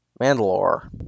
Mandalore